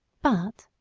but,